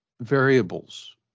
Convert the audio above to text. variables